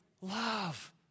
love